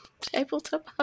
tabletop